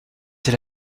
elle